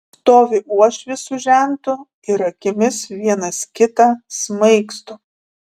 stovi uošvis su žentu ir akimis vienas kitą smaigsto